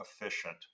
efficient